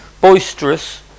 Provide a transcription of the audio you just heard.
boisterous